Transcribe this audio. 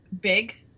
big